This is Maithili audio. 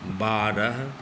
बारह